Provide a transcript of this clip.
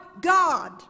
God